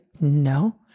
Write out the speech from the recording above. no